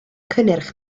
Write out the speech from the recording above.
cynnyrch